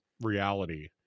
reality